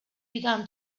began